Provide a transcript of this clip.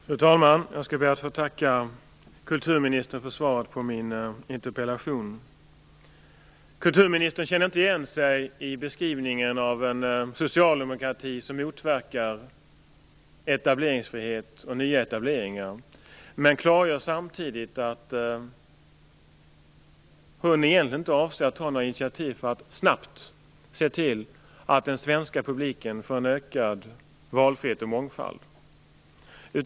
Fru talman! Jag skall be att få tacka kulturministern för svaret på min interpellation. Kulturministern känner inte igen sig i beskrivningen av en socialdemokrati som motverkar etableringsfrihet och nya etableringar. Men hon klargör samtidigt att hon egentligen inte avser att ta några initiativ för att snabbt se till att den svenska publiken får en ökad valfrihet och mångfald.